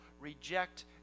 reject